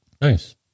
Nice